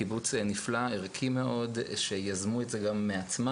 קיבוץ נפלא, ערכי מאוד, שגם יזמו את זה מעצמם